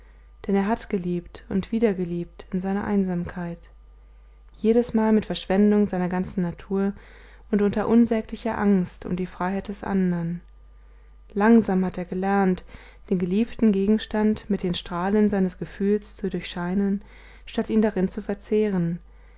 denn er hat geliebt und wieder geliebt in seiner einsamkeit jedesmal mit verschwendung seiner ganzen natur und unter unsäglicher angst um die freiheit des andern langsam hat er gelernt den geliebten gegenstand mit den strahlen seines gefühls zu durchscheinen statt ihn darin zu verzehren